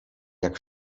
jak